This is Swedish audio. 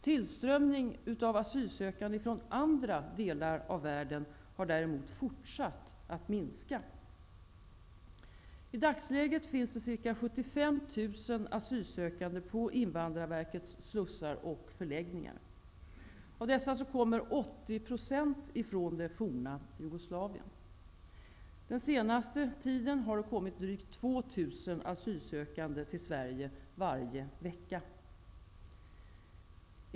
Tillströmningen av asylsökande från andra delar av världen har däremot fortsatt att minska. I dagsläget finns ca 75 000 asylsökande på Invandrarverkets slussar och förläggningar. Av dessa kommer 80 & från det forna Jugoslavien. Den senaste tiden har det kommit drygt 2 000 asylsökande till Sverige varje vecka.